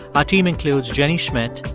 our team includes jenny schmidt,